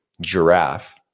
giraffe